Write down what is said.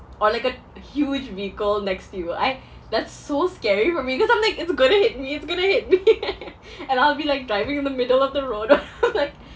or like a huge vehicle next to you I that's so scary for me cause I'm like it's going to hit me it's going to hit me and I'll be like driving in the middle of the road or I'm like